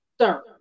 sir